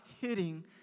hitting